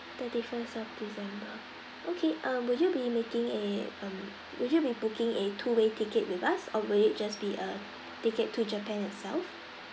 thirty first of december okay uh would you be making a um would you be booking a two way ticket with us or would it just be a ticket to japan itself